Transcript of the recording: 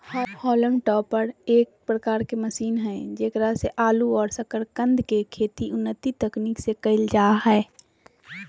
haulm topper एक प्रकार के मशीन हई जेकरा से आलू और सकरकंद के खेती उन्नत तकनीक से करल जा हई